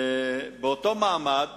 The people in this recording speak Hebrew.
באותו מעמד